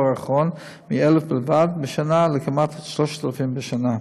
האחרון מ-1,000 בלבד בשנה לכמעט 3,000 בשנה.